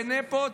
תיהנה פה,